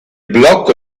blocco